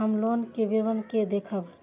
हम लोन के विवरण के देखब?